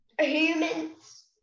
humans